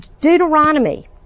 Deuteronomy